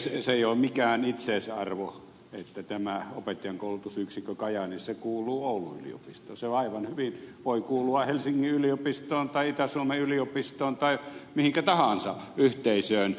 se ei ole mikään itseisarvo että tämä opettajankoulutusyksikkö kajaanissa kuuluu oulun yliopistoon se aivan hyvin voi kuulua helsingin yliopistoon tai itä suomen yliopistoon tai mihinkä tahansa yhteisöön